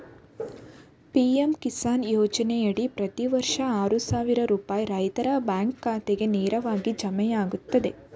PM Kisan ಯೋಜನೆಯಡಿ ಪ್ರತಿ ವರ್ಷ ಆರು ಸಾವಿರ ರೂಪಾಯಿ ರೈತರ ಬ್ಯಾಂಕ್ ಖಾತೆಗೆ ನೇರವಾಗಿ ಜಮೆಯಾಗ್ತದೆ